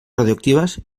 radioactives